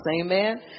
Amen